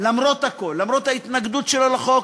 למרות הכול, למרות ההתנגדות שלו לחוק,